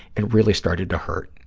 it really started to hurt.